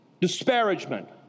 Disparagement